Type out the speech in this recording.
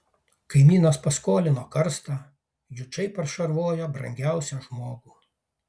kaimynas paskolino karstą jučai pašarvojo brangiausią žmogų